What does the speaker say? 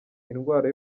indwara